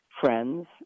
friends